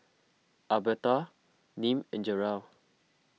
Albertha Nim and Jerrell